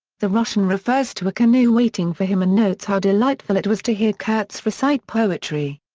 the russian refers to a canoe waiting for him and notes how delightful it was to hear kurtz recite poetry.